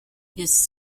his